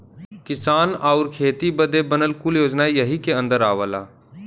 किसान आउर खेती बदे बनल कुल योजना यही के अन्दर आवला